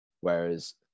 whereas